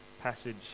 passage